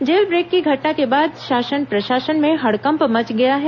jail break की घटना के बाद शासन प्रशासन में हड़कंप मच गया है